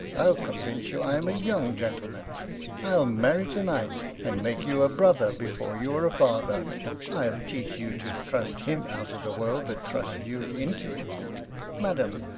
i'll convince you i am a young gentleman i'll marry to-night, and make you a brother before you are a father i'll teach you to thrust him out of the world that thrust you into it madam,